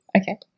Okay